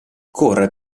corre